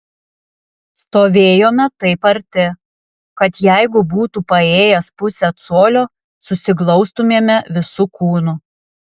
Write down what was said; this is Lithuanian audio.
stovėjome taip arti kad jeigu būtų paėjęs pusę colio susiglaustumėme visu kūnu